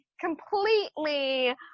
completely